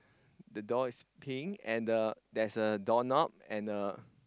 the door is pink and the there's a doorknob and a